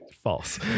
false